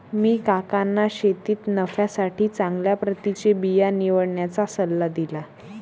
मी काकांना शेतीत नफ्यासाठी चांगल्या प्रतीचे बिया निवडण्याचा सल्ला दिला